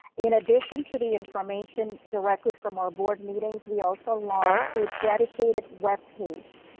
in addition to the information directly from our board meetings, we also launched a dedicated web page.